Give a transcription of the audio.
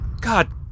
God